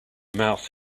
mouth